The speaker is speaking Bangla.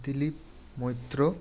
দিলীপ মৈত্র